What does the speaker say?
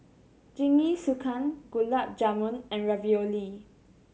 Jingisukan Gulab Jamun and Ravioli